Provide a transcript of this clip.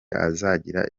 azagira